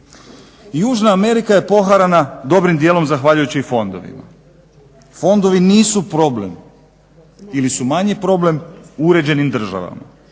Južna Amerika je poharana dobrim dijelom zahvaljujući i fondovima. Fondovi nisu problem ili su mali problem u uređenim državama.